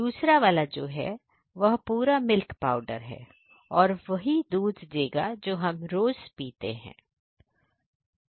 दूसरा वाला जो है वह पूरा मिल्क पाउडर है और वह वही दूध देगा जो हम रोज पीते हैं और